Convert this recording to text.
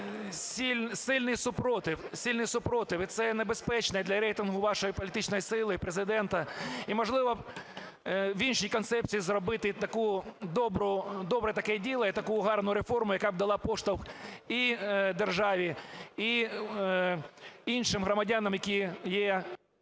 сильний супротив. І це небезпечно і для рейтингу вашої політичної сили і Президента. І, можливо, в іншій концепції зробити добре таке діло і таку гарну реформу, яка б дала поштовх і державі, і іншим громадянам, які є…